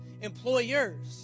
employers